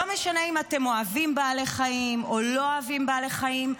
לא משנה אם אתם אוהבים בעלי חיים או לא אוהבים בעלי חיים,